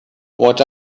what